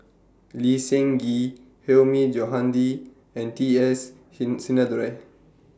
Lee Seng Gee Hilmi Johandi and T S Sin Sinnathuray